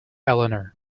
eleanor